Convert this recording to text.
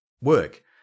work